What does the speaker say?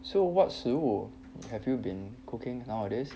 so what 食物 have you been cooking nowadays